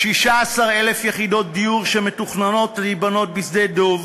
16,000 יחידות דיור שמתוכננות להיבנות בשדה-דב,